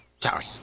sorry